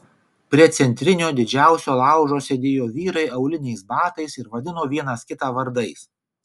prie centrinio didžiausio laužo sėdėjo vyrai auliniais batais ir vadino vienas kitą vardais